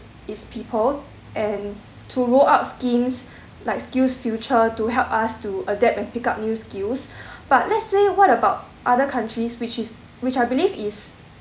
its people and to roll out schemes like skillsfuture to help us to adapt and pick up new skills but let's say what about other countries which is which I believe is